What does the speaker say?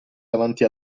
davanti